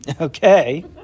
okay